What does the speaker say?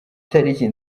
itariki